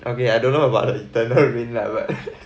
okay I don't know about the eternal rain like what